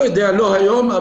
לא היום,